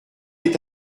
est